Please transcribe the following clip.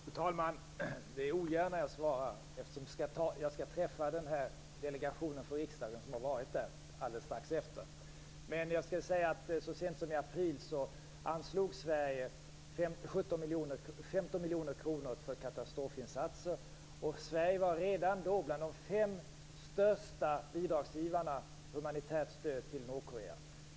Fru talman! Det är ogärna som jag svarar, eftersom jag skall träffa den delegation från riksdagen som har varit där alldeles strax efter debatten. Men så sent som i april anslog Sverige 15 miljoner kronor för katastrofinsatser. Sverige var redan då bland de fem största bidragsgivarna av humanitärt stöd till Nordkorea.